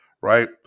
right